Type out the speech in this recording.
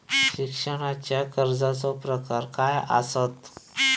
शिक्षणाच्या कर्जाचो प्रकार काय आसत?